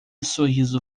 sorriso